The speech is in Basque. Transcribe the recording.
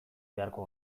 beharko